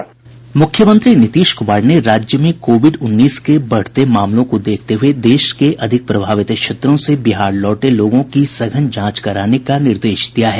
मुख्यमंत्री नीतीश कुमार ने राज्य में कोविड उन्नीस के बढ़ते मामलों को देखते हुये देश के अधिक प्रभावित क्षेत्रों से बिहार लौटे लोगों की सघन जांच कराने का निर्देश दिया है